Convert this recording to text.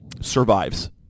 survives